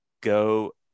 Go